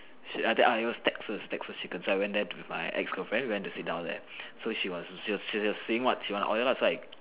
should I ah that are your Texas Texas chicken so I went there with my ex girlfriend we went to sit down there so she was she was saying what she want to order lah so I